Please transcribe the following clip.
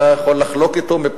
אתה יכול לחלוק עליו,